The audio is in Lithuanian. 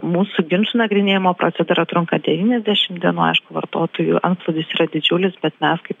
mūsų ginčų nagrinėjimo procedūra trunka devyniasdešim dienų aišku vartotojų antplūdis yra didžiulis bet mes kaip